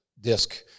disc